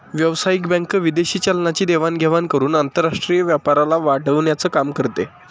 व्यावसायिक बँक विदेशी चलनाची देवाण घेवाण करून आंतरराष्ट्रीय व्यापाराला वाढवण्याचं काम करते